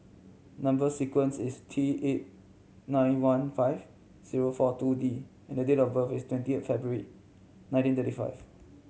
number sequence is T eight nine one five zero four two D and date of birth is twenty eight February nineteen thirty five